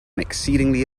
exceedingly